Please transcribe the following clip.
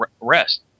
rest